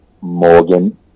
Morgan